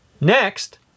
Next